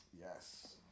Yes